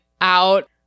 out